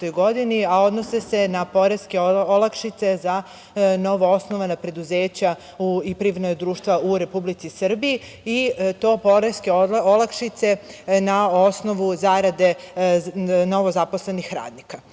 a odnose se na poreske olakšice za novoosnovana preduzeća i privredna društva u Republici Srbiji i to poreske olakšice na osnovu zarade novozaposlenih radnika. Ovakve